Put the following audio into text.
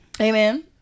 Amen